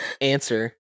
answer